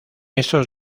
estos